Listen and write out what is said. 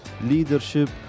leadership